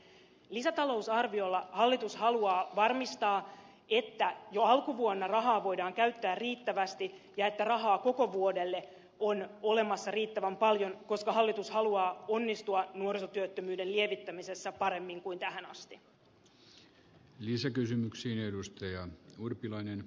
lisätalousarviolla hallitus haluaa varmistaa että jo alkuvuonna rahaa voidaan käyttää riittävästi ja että rahaa koko vuodelle on olemassa riittävän paljon koska hallitus haluaa onnistua nuorisotyöttömyyden lievittämisessä paremmin kuin tähän asti